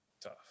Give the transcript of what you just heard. Tough